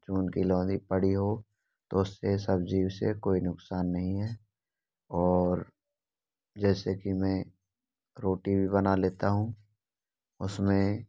जून की लोंधी पड़ी हो तो उससे सब्ज़ी से कोई नुकसान नहीं है और जैसे कि मैं रोटी भी बना लेता हूँ उसमें